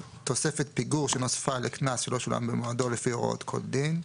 "תוספת פיגור שנוספה לקנס שלא שולם במועדו לפי הוראות כל דין".